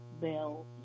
Bell